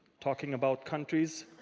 talking about countries,